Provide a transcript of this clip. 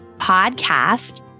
podcast